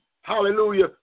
hallelujah